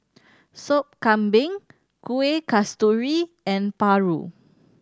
Sop Kambing Kueh Kasturi and paru